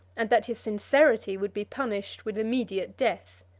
and that his sincerity would be punished with immediate death.